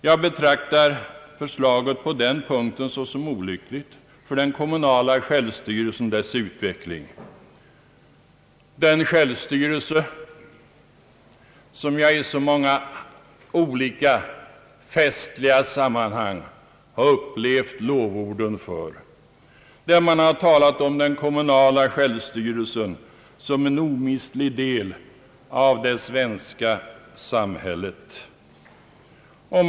Jag betraktar förslaget på denna punkt såsom olyckligt för den kommunala självstyrelsen och dess utveckling — den styrelse som jag i så många olika festliga sammanhang har upplevt lovorden för då det har talats om den kommunala självstyrelsen såsom en omistlig del av det svenska samhället.